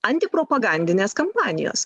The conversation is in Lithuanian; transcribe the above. antipropagandinės kampanijos